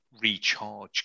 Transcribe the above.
recharge